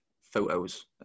photos